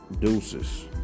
Deuces